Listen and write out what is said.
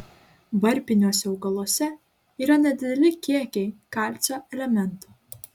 varpiniuose augaluose yra nedideli kiekiai kalcio elemento